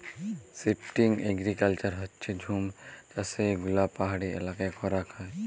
shifting agriculture হচ্যে জুম চাষযেগুলা পাহাড়ি এলাকায় করাক হয়